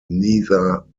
neither